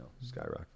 skyrocket